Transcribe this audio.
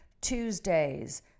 Tuesdays